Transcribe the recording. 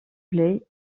velay